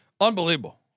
Unbelievable